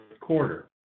quarter